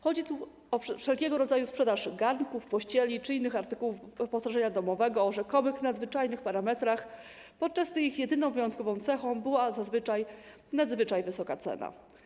Chodzi tu o wszelkiego rodzaju sprzedaż garnków, pościeli czy innych artykułów wyposażenia domowego o rzekomo nadzwyczajnych parametrach, podczas gdy ich jedyną wyjątkową cechą była zazwyczaj nadzwyczaj wysoka cena.